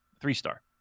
Three-star